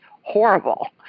horrible